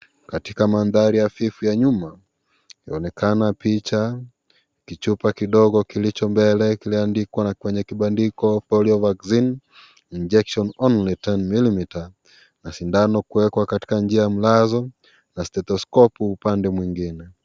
Katiba mandhari hafifu ya nyuma, yaonekana picha, kichupa kidogo kilicho mbele kimeandikwa kwenye kibandiko polio vaccine injection only, 10ml na sindano kuwekwa kwa njia ya mlazo na stethoskopu upande mwingine.